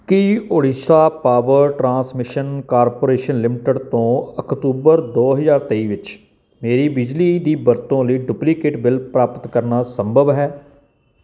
ਕੀ Odisha power transmission corporation limited ਤੋਂ ਅਕਤੂਬਰ ਦੋ ਹਜ਼ਾਰ ਤੇਈ ਵਿੱਚ ਮੇਰੀ ਬਿਜਲੀ ਦੀ ਵਰਤੋਂ ਲਈ ਡੁਪਲੀਕੇਟ ਬਿੱਲ ਪ੍ਰਾਪਤ ਕਰਨਾ ਸੰਭਵ ਹੈ